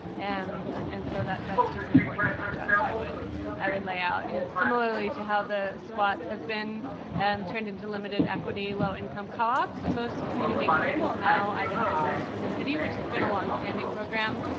and um and so that that's just an important contrast i would i would lay out. you know, similarly to how the squats have been and turned into limited equity, low income co-ops, most community gardens now either have a lease from the city, which has been a long-standing program,